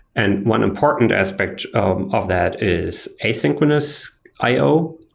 and one important aspect of that is asynchronous i o,